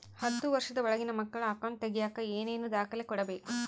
ಹತ್ತುವಷ೯ದ ಒಳಗಿನ ಮಕ್ಕಳ ಅಕೌಂಟ್ ತಗಿಯಾಕ ಏನೇನು ದಾಖಲೆ ಕೊಡಬೇಕು?